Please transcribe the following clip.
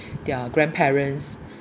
their grandparents